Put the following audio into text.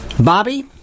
Bobby